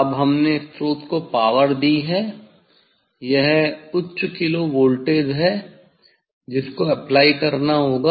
अब हमने स्रोत को पावर दी है यह उच्च किलो वोल्टेज है जिसको अप्लाई करना होगा